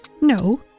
No